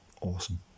awesome